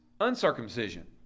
uncircumcision